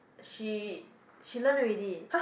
she she learn already